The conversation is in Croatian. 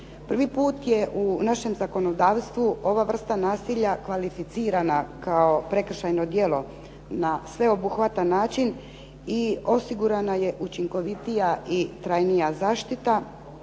Prvi put je u našem zakonodavstvu ova vrsta nasilja kvalificirana kao prekršajno djelo na sveobuhvatan način i osigurana je učinkovitija i trajnija zaštita